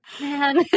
man